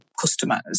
customers